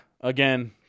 again